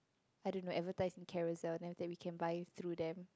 I don't know advertise on Carousell then after that we can buy through them